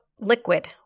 liquid